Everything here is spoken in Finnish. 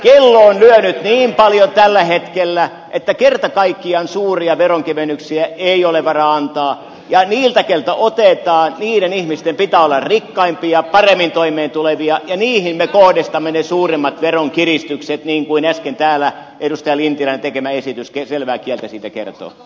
kello on lyönyt niin paljon tällä hetkellä että kerta kaikkiaan suuria veronkevennyksiä ei ole varaa antaa ja niiden ihmisten joilta otetaan pitää olla rikkaimpia paremmin toimeentulevia ja heihin me kohdistamme ne suurimmat veronkiristykset niin kuin äsken täällä edustaja lintilän tekemä esitys selvää kieltä siitä kertoo